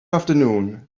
afternoon